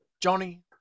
Johnny